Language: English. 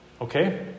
okay